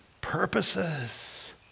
purposes